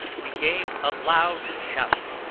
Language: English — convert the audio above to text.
we gave a loud shout,